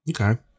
Okay